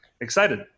Excited